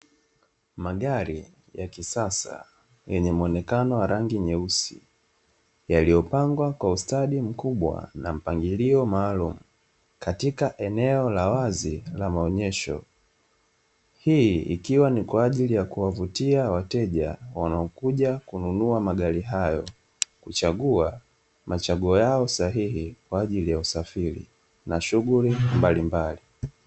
Magari ya kisasa yenye muonekano wa rangi nyeusi yaliyopangwa kwa ustadi mkubwa na mpangilio maalum katika eneo la wazi la maonyesho, hii ikiwa ni kwa ajili ya kuwavutia wateja wanaokuja kununua magari hayo kuchagua machago yao sahihi kwa ajili ya usafiri na shughuli mbalimbali.